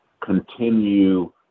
continue –